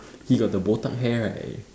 he got the botak hair right